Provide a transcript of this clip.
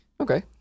Okay